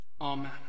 Amen